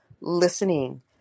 listening